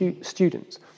students